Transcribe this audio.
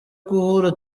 guhura